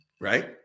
right